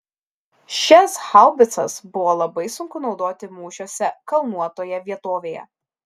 šias haubicas buvo labai sunku naudoti mūšiuose kalnuotoje vietovėje